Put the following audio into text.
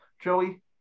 Joey